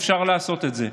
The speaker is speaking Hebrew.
אפשר לעשות את זה.